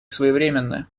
своевременны